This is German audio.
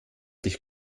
dich